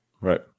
Right